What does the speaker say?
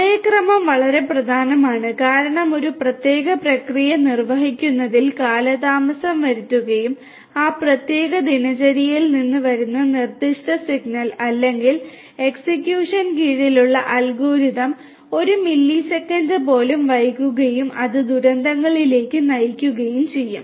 സമയക്രമം വളരെ പ്രധാനമാണ് കാരണം ഒരു പ്രത്യേക പ്രക്രിയ നിർവ്വഹിക്കുന്നതിൽ കാലതാമസം വരുത്തുകയും ആ പ്രത്യേക ദിനചര്യയിൽ നിന്ന് വരുന്ന നിർദ്ദിഷ്ട സിഗ്നൽ അല്ലെങ്കിൽ എക്സിക്യൂഷൻ കീഴിലുള്ള അൽഗോരിതം ഒരു മില്ലി സെക്കൻഡ് പോലും വൈകുകയും അത് ദുരന്തങ്ങളിലേക്ക് നയിക്കുകയും ചെയ്യും